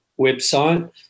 website